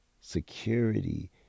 Security